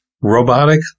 robotic